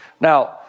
Now